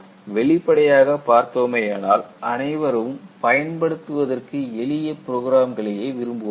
வெளிப்படையாக பார்த்தோமேயானால் அனைவரும் பயன்படுத்துவதற்கு எளிய புரோகிராம்களையே விரும்புவார்கள்